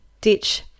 ditch